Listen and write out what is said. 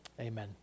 Amen